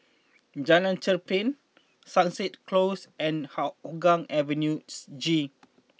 Jalan Cherpen Sunset Close and Hougang Avenue G